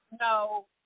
no